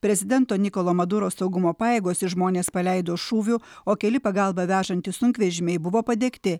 prezidento nikolo maduro saugumo pajėgos į žmonės paleido šūvių o keli pagalbą vežantys sunkvežimiai buvo padegti